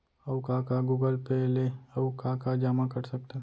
अऊ का का गूगल पे ले अऊ का का जामा कर सकथन?